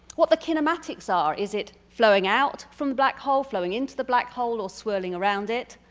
what the kinematics are. is it flowing out from the black hole, flowing into the black hole, or swirling around it?